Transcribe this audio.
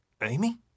Amy